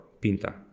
pinta